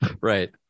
Right